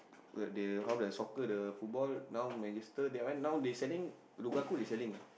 but they half the soccer the football now Manchester that one they selling Rugaku they selling ah